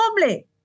public